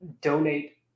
donate